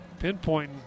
pinpointing